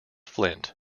flint